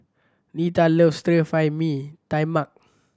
Netta loves Stir Fry Mee Tai Mak